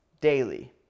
daily